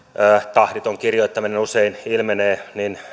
tahditon kirjoittaminen usein ilmenee